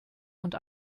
und